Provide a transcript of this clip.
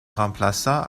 remplaça